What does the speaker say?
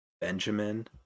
benjamin